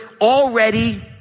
already